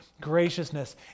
graciousness